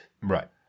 right